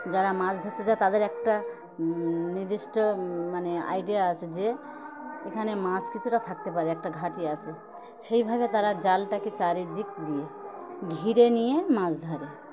যারা মাছ ধরতে যায় তাদের একটা নির্দিষ্ট মানে আইডিয়া আছে যে এখানে মাছ কিছুটা থাকতে পারে একটা ঘাঁটি আছে সেইভাবে তারা জালটাকে চারিদিক দিয়ে ঘিরে নিয়ে মাছ ধরে